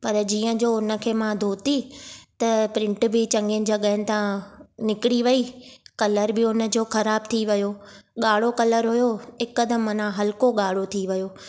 पर जीअं जो हुनखे मां धोती त प्रिंट बि चङियुनि जॻहयुनि था निकिरी वेई कलर बि हुनजो ख़राबु थी वियो ॻाढ़ो कलर हुओ हिकदमि माना हल्को ॻाढ़ो थी वियो